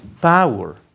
power